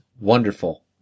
wonderful